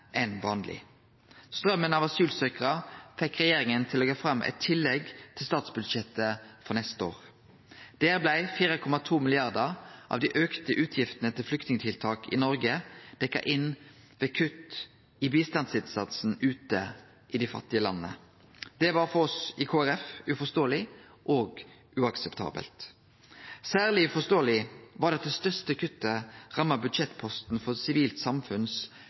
enn vanleg. Straumen av asylsøkjarar fekk regjeringa til å leggje fram eit tillegg til statsbudsjettet for neste år. Der blei 4,2 mrd. kr av dei auka utgiftene til flyktningtiltak i Noreg dekte inn ved kutt i bistandsinnsatsen ute i dei fattige landa. Det var for oss i Kristeleg Folkeparti uforståeleg og uakseptabelt. Særleg uforståeleg var det at det største kuttet ramma budsjettposten for langsiktig bistand for sivilt